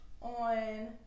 on